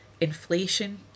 inflation